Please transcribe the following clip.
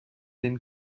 den